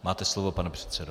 Máte slovo, pane předsedo.